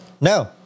No